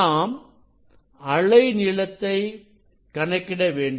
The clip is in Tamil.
நாம் அலை நீளத்தை கணக்கிட வேண்டும்